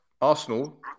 Arsenal